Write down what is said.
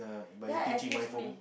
ya excuse me